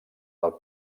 del